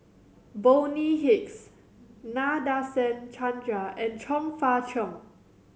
Bonny Hicks Nadasen Chandra and Chong Fah Cheong